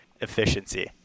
efficiency